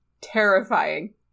Terrifying